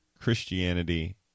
Christianity